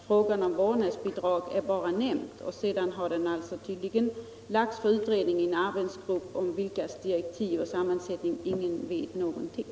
Frågan om vårdnadsbidrag är bara nämnd och sedan har den lagts på utredning i en arbetsgrupp om vars direktiv och sammansättning ingen vet någonting.